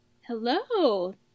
Hello